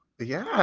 yeah,